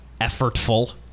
effortful